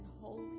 holy